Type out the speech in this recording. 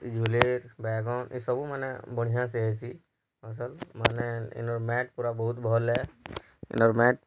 ପିଜୁଲିର୍ ବାଇଗନ୍ ଏସବୁ ମାନେ ବଢ଼ିଆଁ ସେ ହେସି ଫସଲ୍ ମାନେ ଏନୁର୍ ମାଟ୍ ପୁରା ଭଲ୍ ଏ ଏନର୍ ମାଟ୍